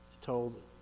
told